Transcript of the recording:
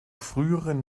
früheren